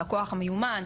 הכוח המיומן,